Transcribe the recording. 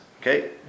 Okay